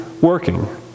working